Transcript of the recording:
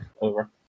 over